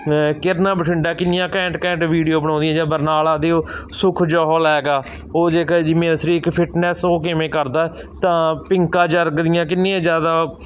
ਕਿਰਨਾ ਬਠਿੰਡਾ ਕਿੰਨੀਆਂ ਘੈਂਟ ਘੈਂਟ ਵੀਡੀਓ ਬਣਾਉਂਦੀ ਆ ਜਾਂ ਬਰਨਾਲਾ ਦੇ ਉਹ ਸੁਖ ਜੋਹਲ ਹੈਗਾ ਉਹ ਜੇਕਰ ਜਿਵੇਂ ਅਸੀਂ ਇੱਕ ਫਿਟਨੈਸ ਉਹ ਕਿਵੇਂ ਕਰਦਾ ਤਾਂ ਪਿੰਕਾ ਜਰਗ ਦੀਆਂ ਕਿੰਨੀਆਂ ਜ਼ਿਆਦਾ